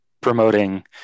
promoting